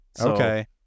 Okay